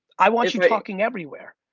i want you talking everywhere.